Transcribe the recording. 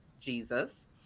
jesus